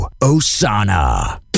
Osana